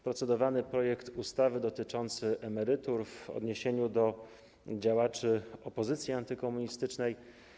Procedowany jest projekt ustawy dotyczący emerytur w odniesieniu do działaczy opozycji antykomunistycznej.